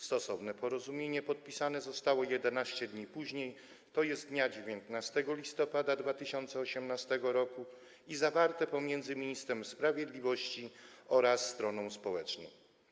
Stosowne porozumienie podpisane zostało 11 dni później, tj. 19 listopada 2018 r., i zostało zawarte pomiędzy ministrem sprawiedliwości i stroną społeczną.